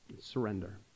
Surrender